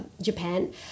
Japan